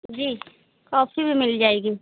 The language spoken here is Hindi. जी कॉफ़ी भी मिल जाएगी